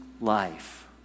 life